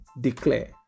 declare